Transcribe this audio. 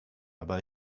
aber